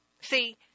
See